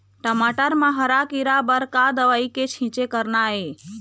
टमाटर म हरा किरा बर का दवा के छींचे करना ये?